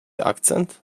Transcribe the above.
akcent